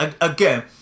again